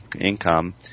income